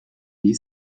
gli